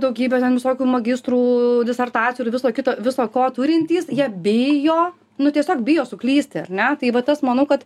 daugybė visokių magistrų disertacijų ir viso kito viso ko turintys jie bijo nu tiesiog bijo suklysti ar ne tai va tas manau kad